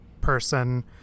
person